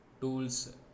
tools